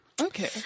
Okay